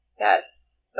Yes